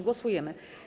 Głosujemy.